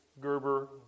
Gerber